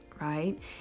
right